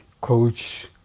coach